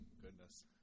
Goodness